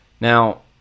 Now